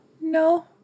No